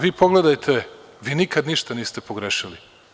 Vi pogledajte, vi nikada ništa niste pogrešili.